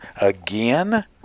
again